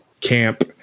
camp